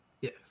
yes